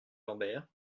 lambert